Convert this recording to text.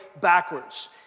backwards